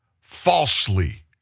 falsely